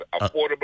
affordable